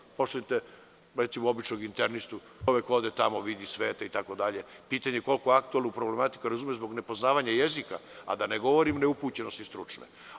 Recimo, pošaljete običnog internistu, čovek ode tamo, vidi svet itd. pitanje je koliko aktuelnu problematiku razume zbog nepoznavanja jezika, a da ne govorim o neupućenosti stručne.